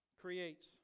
creates